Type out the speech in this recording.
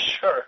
Sure